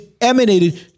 emanated